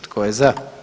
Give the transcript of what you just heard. Tko je za?